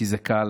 כי זה קל.